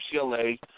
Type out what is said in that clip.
UCLA